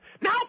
Now